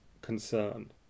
concern